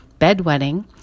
bedwetting